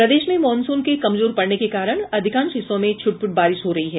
प्रदेश में मॉनसून के कमजोर पड़ने के कारण अधिकांश हिस्सों में छिटपुट बारिश हो रही है